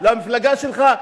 לא המפלגה שלך,